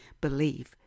believe